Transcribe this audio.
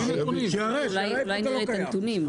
שיראה שזה לא קיים.